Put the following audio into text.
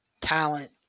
talent